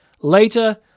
later